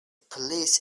police